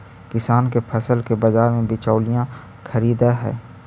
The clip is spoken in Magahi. किसान के फसल के बाजार में बिचौलिया खरीदऽ हइ